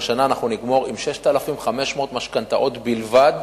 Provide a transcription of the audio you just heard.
השנה אנחנו נגמור עם 6,500 משכנתאות בלבד